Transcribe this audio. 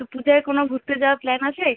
তো পূজায় কোনো ঘুরতে যাওয়ার প্ল্যান আছে